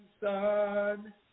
Sun